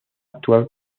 actuar